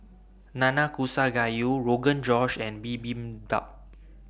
Nanakusa Gayu Rogan Josh and Bibimbap